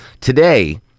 Today